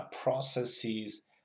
processes